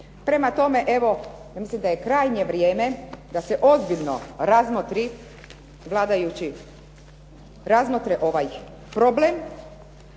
Prema tome, evo ja mislim da je krajnje vrijeme da se ozbiljno razmotri problem jer svako negiranje ovog problema